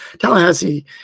Tallahassee